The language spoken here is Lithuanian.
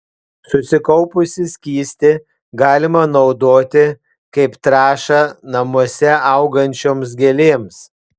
susikaupusį skystį galima naudoti kaip trąšą namuose augančioms gėlėms